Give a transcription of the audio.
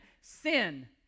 sin